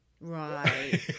right